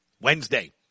Wednesday